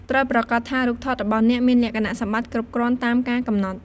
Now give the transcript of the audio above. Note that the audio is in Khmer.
ត្រូវប្រាកដថារូបថតរបស់អ្នកមានលក្ខណៈសម្បត្តិគ្រប់គ្រាន់តាមការកំណត់។